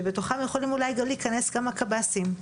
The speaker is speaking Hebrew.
שבתוכם יכולים אולי להיכנס גם הקב"סים.